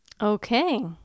Okay